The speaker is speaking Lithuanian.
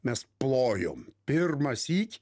mes plojom pirmąsyk